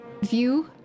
view